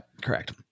Correct